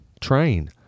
Train